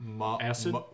Acid